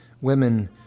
women